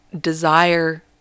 desire